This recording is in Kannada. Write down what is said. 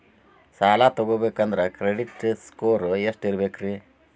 ಸಾಲ ತಗೋಬೇಕಂದ್ರ ಕ್ರೆಡಿಟ್ ಸ್ಕೋರ್ ಎಷ್ಟ ಇರಬೇಕ್ರಿ?